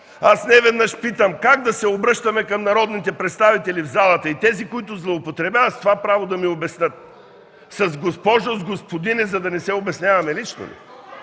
Аз неведнъж питам как да се обръщаме към народните представители в залата и тези, които злоупотребяват с това право, да ми обяснят – с „госпожо”, с „господине”, за да не се обясняваме лично ли?